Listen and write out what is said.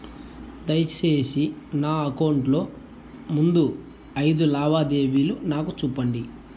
దయసేసి నా అకౌంట్ లో ముందు అయిదు లావాదేవీలు నాకు చూపండి